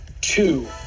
two